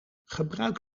gebruik